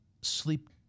sleep